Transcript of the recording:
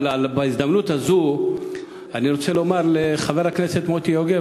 אבל בהזדמנות הזאת אני רוצה לומר לחבר הכנסת מוטי יוגב,